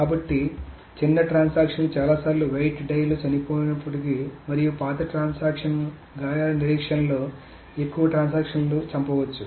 కాబట్టి చిన్న ట్రాన్సాక్షన్ లు చాలా సార్లు వెయిట్ డైలో చనిపోయినప్పటికీ మరియు పాత ట్రాన్సాక్షన్ గాయాల నిరీక్షణలో ఎక్కువ ట్రాన్సాక్షన్ లను చంపవచ్చు